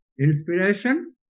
Inspiration